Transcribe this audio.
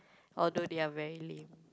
although they are very lame